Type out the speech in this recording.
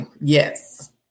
Yes